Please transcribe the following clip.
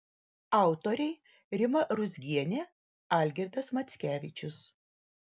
autoriai rima ruzgienė algirdas mackevičius